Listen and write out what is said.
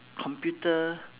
computer